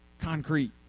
concrete